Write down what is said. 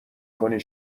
کنی